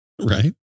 Right